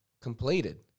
completed